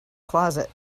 closet